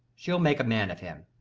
she'll make a man of him.